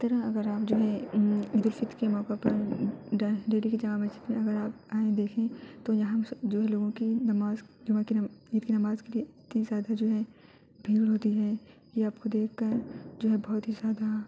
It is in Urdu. اس طرح اگر آپ جو ہے عید الفطر کے موقع پر دلی کی جامع مسجد میں اگر آپ آئیں دیکھیں تو یہاں جو ہے لوگوں کی نماز عید کی نماز کے لیے اتنی زیادہ جو ہے بھیڑ ہوتی ہے یہ آپ کو دیکھ کر جو ہے بہت ہی زیادہ